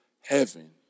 heaven